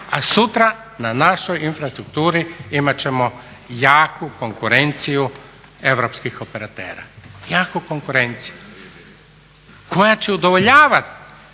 a sutra na našoj infrastrukturi imat ćemo jaku konkurenciju europskih operatera koja će udovoljavati